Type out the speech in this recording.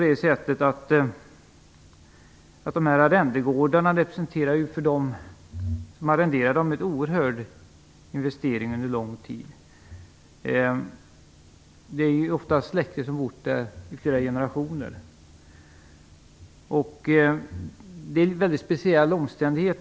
En arrendegård representerar en oerhörd investering under lång tid för den som arrenderar. En släkt har ofta bott där i flera generationer. Det är fråga om en mycket speciell omständighet.